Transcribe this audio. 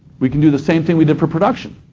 we can do the same thing we did for production.